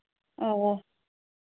ᱚᱻ